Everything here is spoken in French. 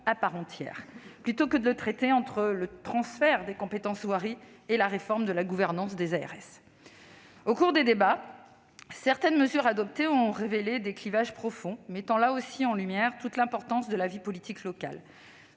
à part entière, au lieu de le traiter entre le transfert des compétences « voiries » et la réforme de la gouvernance des ARS. Au cours des débats, certaines mesures adoptées ont révélé des clivages profonds mettant en lumière, là aussi, toute l'importance de la vie politique locale.